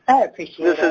i appreciate.